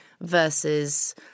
versus